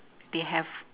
they have